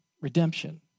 Redemption